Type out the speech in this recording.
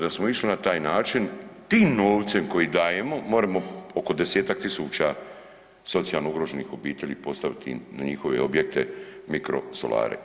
Da smo išli na taj način tim novcem koji dajemo moremo oko desetak tisuća socijalno ugroženih obitelji postaviti na njihove objekte mikrosolare.